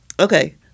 Okay